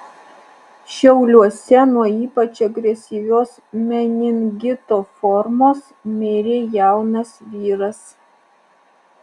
šiauliuose nuo ypač agresyvios meningito formos mirė jaunas vyras